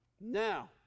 Now